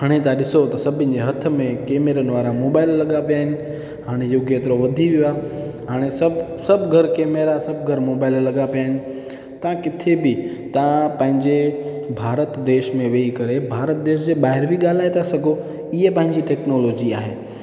हाणे तव्हां ॾिसो त सभिनि जे हथ में केमरनि वारा मोबाइल लॻा पिया आहिनि हाणे युग एतिरो वधी वियो आहे हाणे सभु सभु घर केमरा सभु घर मोबाइल लॻा पिया आहिनि तव्हां किथे बि तव्हां पंहिंजे भारत देश में वयी करे भारत देश जे ॿाहिरि बि ॻाल्हाए था सघो इहा पंहिंजी टेक्नोलोजी आहे